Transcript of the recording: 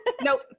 Nope